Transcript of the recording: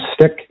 stick